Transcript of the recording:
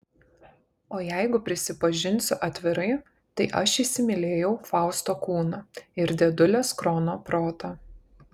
o jeigu prisipažinsiu atvirai tai aš įsimylėjau fausto kūną ir dėdulės krono protą